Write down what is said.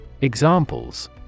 Examples